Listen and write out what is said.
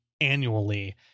annually